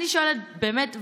אני שואלת באמת,